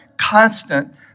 constant